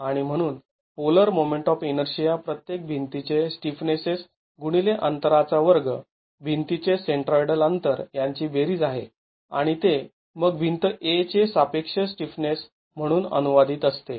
आणि म्हणून polar moment of inertia प्रत्येक भिंतीचे स्टिफनेसेस गुणिले अंतराचा वर्ग भिंतीचे सेंट्रॉईडल अंतर यांची बेरीज आहे आणि ते मग भिंत A चे सापेक्ष स्टिफनेस म्हणून अनुवादित असते